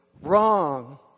wrong